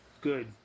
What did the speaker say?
Good